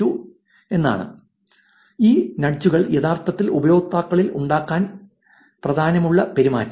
ഇതുതന്നെയാണ് ഈ നഡ്ജുകൾ യഥാർത്ഥത്തിൽ ഉപയോക്താക്കൾക്കുള്ളിൽ ഉണ്ടാക്കാൻ യഥാർത്ഥത്തിൽ പ്രാധാന്യമുള്ള പെരുമാറ്റം